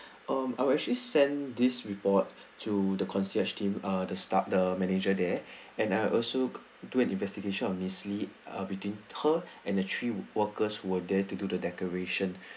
um I will actually sent this report to the concierge team uh the staf~ the manager there and I'll also do an investigation on miss lee ah between her and the three workers were there to do the decoration